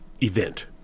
event